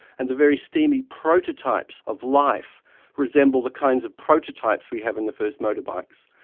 and the very steamy prototypes of life resemble the kinds of prototypes we have in the first motorbikes.